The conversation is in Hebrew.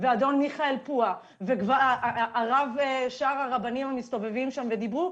ואדון מיכאל פואה ושאר הרבנים שדיברו,